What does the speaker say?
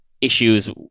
issues